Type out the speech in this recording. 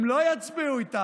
הם לא יצביעו איתם.